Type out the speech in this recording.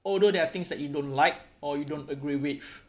although there are things that you don't like or you don't agree with